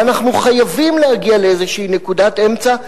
ואנחנו חייבים להגיע לאיזו נקודת אמצע.